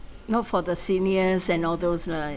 no for the seniors and all those right